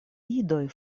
idoj